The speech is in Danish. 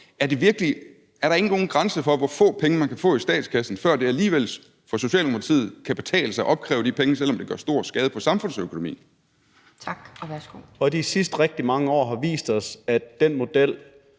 Er der ikke nogen grænse for, hvor få penge man kan få i statskassen, før det alligevel for Socialdemokratiet kan betale sig at opkræve de penge, selv om det gør stor skade på samfundsøkonomien? Kl. 12:49 Anden næstformand (Pia Kjærsgaard): Tak,